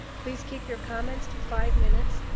please keep your comments to five minutes.